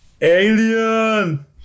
Alien